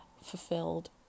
fulfilled